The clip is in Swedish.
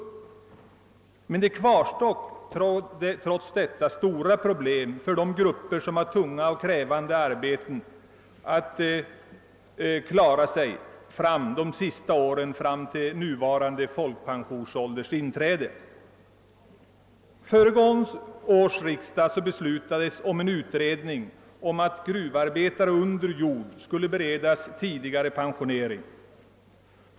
Emellertid kvarstår trots detta stora problem för de grupper som har tunga och krävande arbeten att klara de sista åren före nuvarande folkpensionsålderns inträde. Föregående års riksdag beslutade om en utredning om att gruvarbetare under jord skulle beredas tidigare pensionering.